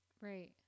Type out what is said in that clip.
Right